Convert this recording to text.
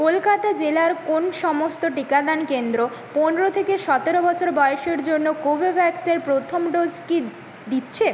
কলকাতা জেলার কোন সমস্ত টিকাদান কেন্দ্র পনেরো থেকে সতেরো বছর বয়েসের জন্য কোভোভ্যাক্সের প্রথম ডোজ কি দিচ্ছে